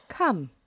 Come